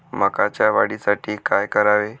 मकाच्या वाढीसाठी काय करावे?